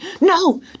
No